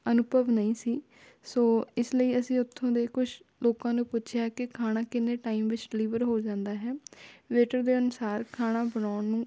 ਅਨੁਭਵ ਨਹੀਂ ਸੀ ਸੋ ਇਸ ਲਈ ਅਸੀਂ ਉੱਥੋਂ ਦੇ ਕੁਛ ਲੋਕਾਂ ਨੂੰ ਪੁੱਛਿਆ ਕਿ ਖਾਣਾ ਕਿੰਨੇ ਟਾਈਮ ਵਿੱਚ ਡਿਲੀਵਰ ਹੋ ਜਾਂਦਾ ਹੈ ਵੇਟਰ ਦੇ ਅਨੁਸਾਰ ਖਾਣਾ ਬਣਾਉਣ ਨੂੰ